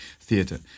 theatre